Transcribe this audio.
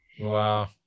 Wow